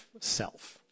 self